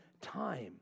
time